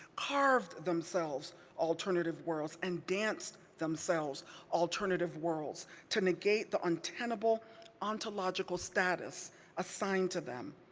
carved themselves alternative worlds, and danced themselves alternative worlds to negate the untenable ontological status assigned to them,